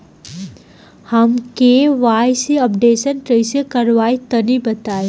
हम KYC updation कइसे करवाई तनि बताई?